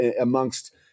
amongst